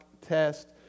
test